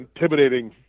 intimidating